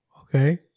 okay